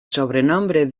sobrenombre